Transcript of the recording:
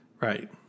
right